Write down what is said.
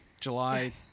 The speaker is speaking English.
July